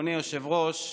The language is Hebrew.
אדוני היושב-ראש,